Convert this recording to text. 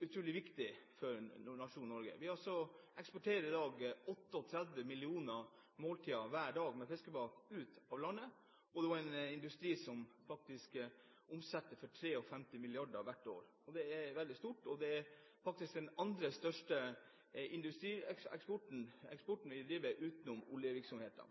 viktig for nasjonen Norge. Vi eksporterer i dag 38 millioner måltider med fiskemat ut av landet hver dag – en industri som faktisk omsetter for 53 mrd. kr hvert år. Det er veldig stort, og det er faktisk den nest største eksporten vi driver utenom oljevirksomheten.